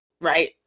right